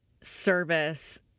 service